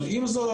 אבל עם זאת,